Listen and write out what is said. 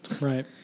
Right